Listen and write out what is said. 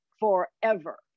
forever